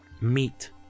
Meat